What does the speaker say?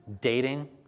Dating